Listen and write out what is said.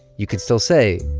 you could still say,